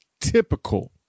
typical